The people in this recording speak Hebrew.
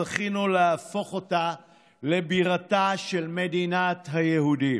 זכינו להפוך אותה לבירתה של מדינת היהודים,